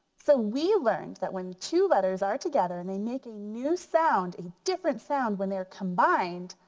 so we learned that when two letters are together, and they make a new sound, a different sound when they are combined.